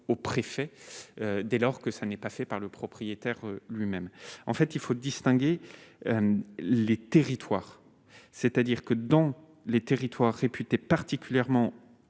au préfet dès lors que ça n'ait pas fait par le propriétaire. Lui-même, en fait, il faut distinguer les territoires, c'est-à-dire que dans les territoires réputé particulièrement